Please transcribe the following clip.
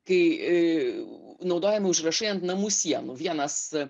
kai naudojami užrašai ant namų sienų vienas